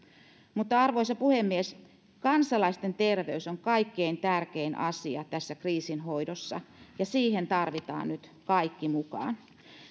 mutta arvoisa puhemies kansalaisten terveys on kaikkein tärkein asia tässä kriisin hoidossa ja siihen tarvitaan nyt kaikki mukaan